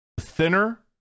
thinner